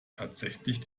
tatsächlich